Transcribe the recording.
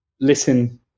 listen